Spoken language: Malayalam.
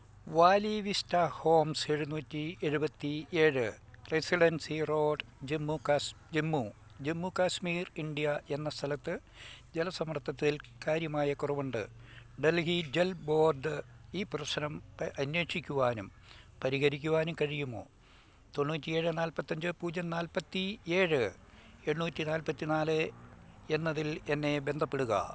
വാലി വിസ്റ്റ ഹോംസ് എഴുനൂറ്റി എഴുപത്തി ഏഴ് റെസിഡൻസി റോഡ് ജമ്മു കാശ് ജമ്മു ജമ്മു കാശ്മീർ ഇന്ത്യ എന്ന സ്ഥലത്ത് ജല സമ്മർദ്ദത്തിൽ കാര്യമായ കുറവുണ്ട് ഡൽഹി ജൽ ബോർഡ് ഈ പ്രശ്നം പെ അന്വേഷിക്കുവാനും പരിഹരിക്കുവാനും കഴിയുമോ തൊണ്ണൂറ്റി ഏഴ് നാല്പ്പത്തിയഞ്ച് പൂജ്യം നാല്പ്പത്തി ഏഴ് എണ്ണൂറ്റി നാല്പ്പത്തി നാല് എന്നതിൽ എന്നെ ബന്ധപ്പെടുക